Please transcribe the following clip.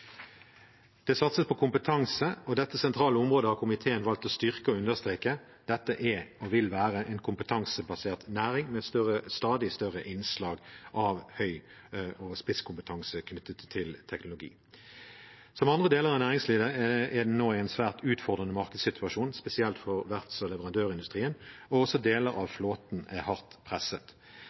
Det satses på kompetanse, og dette sentrale området har komiteen valgt å styrke og understreke. Dette er og vil være en kompetansebasert næring, med stadig større innslag av høy- og spisskompetanse knyttet til teknologi. Som i andre deler av næringslivet er det nå en svært utfordrende markedssituasjon, spesielt for verfts- og leverandørindustrien, og også deler av flåten er hardt presset.